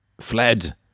fled